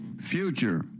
future